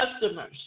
customers